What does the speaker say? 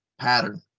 pattern